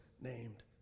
named